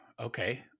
okay